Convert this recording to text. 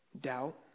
doubt